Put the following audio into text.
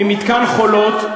ממתקן "חולות",